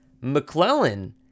McClellan